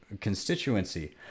constituency